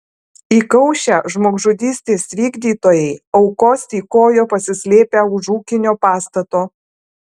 įkaušę žmogžudystės vykdytojai aukos tykojo pasislėpę už ūkinio pastato